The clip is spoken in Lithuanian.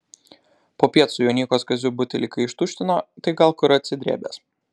popiet su jonykos kaziu butelį kai ištuštino tai gal kur atsidrėbęs